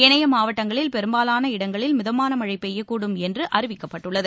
ஏனைய மாவட்டங்களில் பெரும்பாலான இடங்களில் மிதமான மழை பெய்யக்கூடும் என்று அறிவிக்கப்பட்டுள்ளது